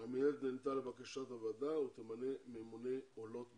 המִנהלת נענתה לבקשת הוועדה ותמנה ממונה עולות בודדות.